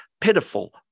pitiful